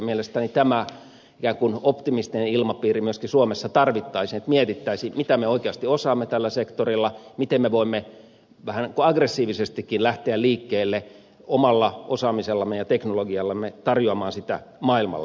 mielestäni tätä ikään kuin optimistista ilmapiiriä myöskin suomessa tarvittaisiin että mietittäisiin mitä me oikeasti osaamme tällä sektorilla miten me voimme vähän ikään kuin aggressiivisestikin lähteä liikkeelle omalla osaamisellamme ja teknologiallamme tarjoamaan sitä maailmalle